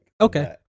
Okay